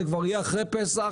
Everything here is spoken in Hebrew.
זה כבר יהיה אחרי פסח,